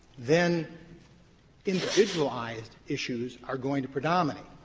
then individualized issues are going to predominate.